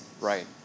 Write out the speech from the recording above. Right